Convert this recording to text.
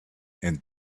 and